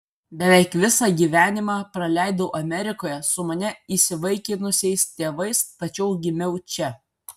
beveik visą gyvenimą praleidau amerikoje su mane įsivaikinusiais tėvais tačiau gimiau čia